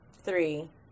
three